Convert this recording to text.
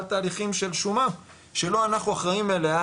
תהליכים של שומה שלא אנחנו אחראים עליה,